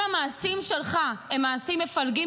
אם המעשים שלך הם מעשים מפלגים,